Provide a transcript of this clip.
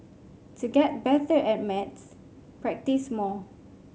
to get better at maths practise more